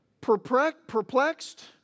perplexed